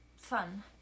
fun